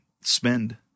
spend